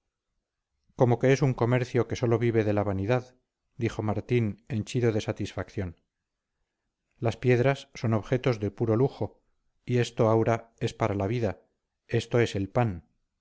como que es un comercio que sólo vive de la vanidad dijo martín henchido de satisfacción las piedras son objetos de puro lujo y esto aura esto es la vida esto es el pan